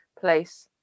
place